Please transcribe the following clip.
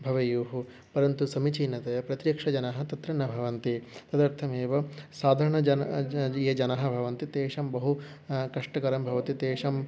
भवेयुः परन्तु समीचीनतया प्रतिरक्षजनाः तत्र न भवन्ति तदर्थमेव साधारणजनाः ज ज ये जनाः भवन्ति तेषां बहु कष्टकरं भवति तेषाम्